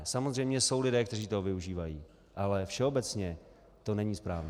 Samozřejmě jsou lidé, kteří toho využívají, ale všeobecně to není správné.